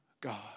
God